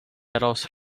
los